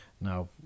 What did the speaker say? now